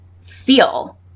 feel